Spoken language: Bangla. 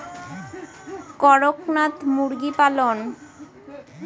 করকনাথ মুরগি পালন?